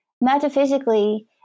Metaphysically